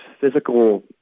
physical